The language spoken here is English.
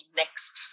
next